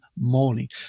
morning